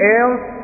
else